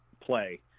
play